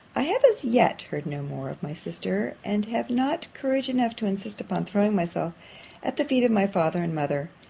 i have as yet heard no more of my sister and have not courage enough to insist upon throwing myself at the feet of my father and mother,